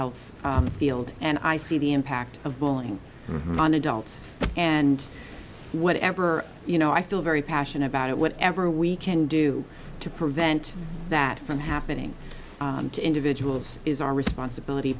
health field and i see the impact of bowling of mana dots and whatever you know i feel very passion about it whatever we can do to prevent that from happening to individuals is our responsibility